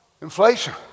inflation